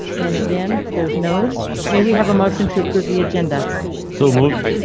and again, there's nose. may we have a motion to approve the agenda so moved?